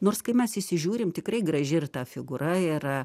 nors kai mes įsižiūrim tikrai graži ir ta figūra yra